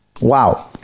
Wow